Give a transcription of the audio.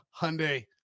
Hyundai